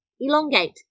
elongate